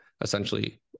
essentially